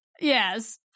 Yes